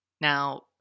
Now